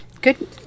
Good